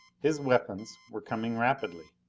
his weapons were coming rapidly!